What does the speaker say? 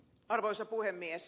arvoisa puhemies